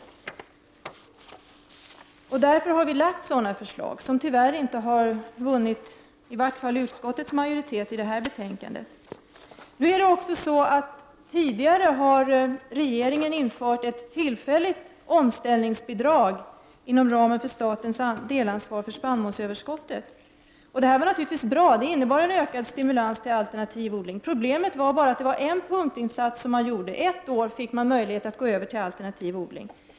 Vi har också framlagt förslag i denna riktning, vilka tyvärr i varje fall inte i detta betänkande har vunnit utskottets majoritet. Regeringen har tidigare infört ett tillfälligt omställningsbidrag inom ramen för statens delansvar för spannmålsöverskottet. Detta var naturligtvis bra. Det innebar en ökad stimulans till alternativ odling. Problemet var bara att det gällde en punktinsats. Under ett år fick man möjlighet att gå över till alternativ odling.